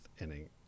inning